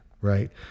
right